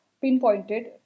pinpointed